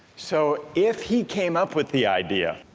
so if he came up with the idea